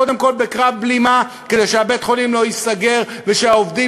קודם כול בקרב בלימה כדי שבית-החולים לא ייסגר ושהעובדים